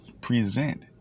present